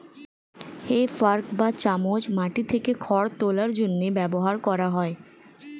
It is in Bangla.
হে ফর্ক বা চামচ মাটি থেকে খড় তোলার জন্য ব্যবহার করা হয়